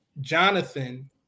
Jonathan